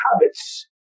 habits